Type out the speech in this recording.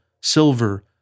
silver